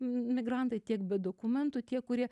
migrantai tiek be dokumentų tiek kurie